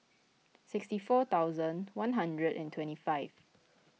sixty four thousand one hundred and twenty five